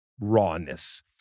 rawness